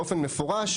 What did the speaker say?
באופן מפורש,